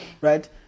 Right